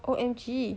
O_M_G